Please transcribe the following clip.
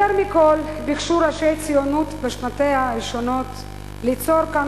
יותר מכול ביקשו ראשי הציונות בשנותיה הראשונות ליצור כאן